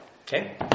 Okay